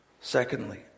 Secondly